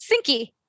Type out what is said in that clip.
Sinky